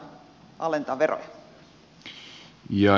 arvoisa puhemies